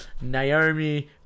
Naomi